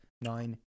nine